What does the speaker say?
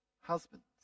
Husbands